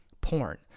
porn